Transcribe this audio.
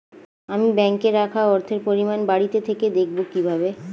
আমি ব্যাঙ্কে রাখা অর্থের পরিমাণ বাড়িতে থেকে দেখব কীভাবে?